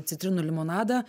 citrinų limonadą